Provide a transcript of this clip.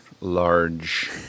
large